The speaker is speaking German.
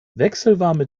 wechselwarme